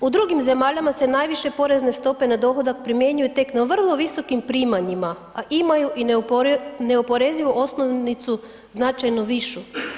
U drugim zemljama se najviše porezne stope na dohodak primjenjuju tek na vrlo visokim primanjima, a imaju i neoporezivu osnovicu značajno višu.